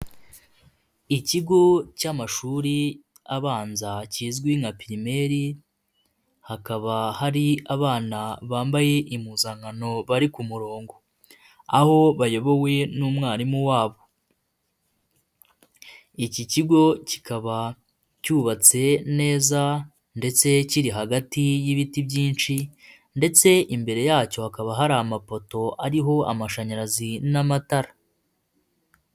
Ikigo cy'amashuri abanza kizwi nka pirimeri, hakaba hari abana bambaye impzankano bari ku murongo aho bayobowe n'umwarimu wabo. Iki kigo kikaba cyubatse neza, ndetse kiri hagati y'ibiti byinshi, ndetse imbere yacyo hakaba hari amapoto ariho amashanyarazi n'amatara.